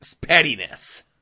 pettiness